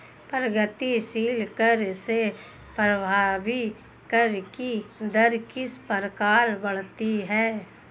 प्रगतिशील कर से प्रभावी कर की दर किस प्रकार बढ़ती है?